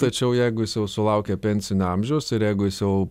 tačiau jeigu jis jau sulaukė pensinio amžiaus ir jeigu jis jau